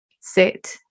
sit